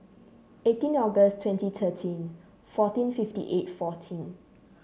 eighteenth August twenty thirteen fourteen fifty eight fourteen